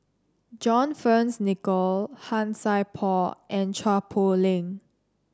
John Fearns Nicoll Han Sai Por and Chua Poh Leng